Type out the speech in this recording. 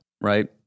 right